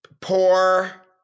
poor